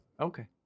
Okay